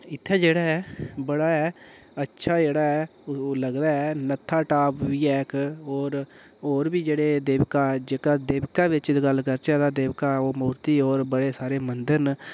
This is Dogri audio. इत्थें जेह्ड़ा ऐ बड़ा ऐ अच्छा जेह्ड़ा ऐ ओह् लगदा एह् नत्थाटाप बी ऐ इक होर होर बी जेह्ड़े देवका जेह्का देवका बिच्च दी गल्ल करचै तां देवका होर मूर्ति होर बड़े सारे मंदर न